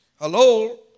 Hello